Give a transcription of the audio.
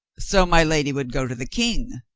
so my lady would go to the king,